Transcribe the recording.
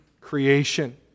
creation